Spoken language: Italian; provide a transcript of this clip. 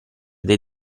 dei